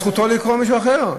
גם זכותו לקרוא משל אחר,